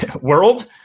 world